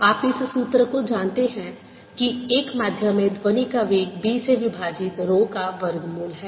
आप इस सूत्र को जानते हैं कि एक माध्यम में ध्वनि का वेग B से विभाजित रो का वर्गमूल है